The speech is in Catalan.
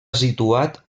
situat